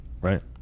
Right